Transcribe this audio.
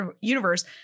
universe